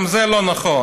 גם זה לא נכון.